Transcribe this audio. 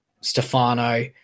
Stefano